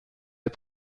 les